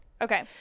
Okay